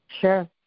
Sure